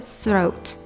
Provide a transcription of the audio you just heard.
throat